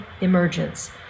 emergence